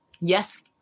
yes